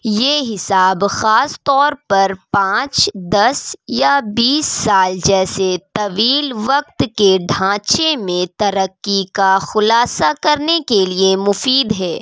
یہ حساب خاص طور پر پانچ دس یا بیس سال جیسے طویل وقت کے ڈھانچے میں ترقی کا خلاصہ کرنے کے لیے مفید ہے